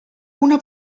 una